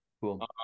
Cool